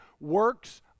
works